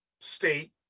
state